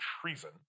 treason